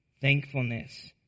thankfulness